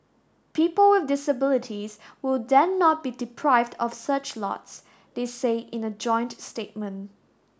people with disabilities will then not be deprived of such lots they say in a joint statement